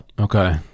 okay